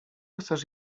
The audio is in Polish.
chcesz